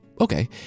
okay